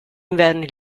inverni